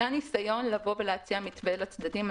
היה ניסיון להציע מתווה לצדדים.